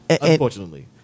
Unfortunately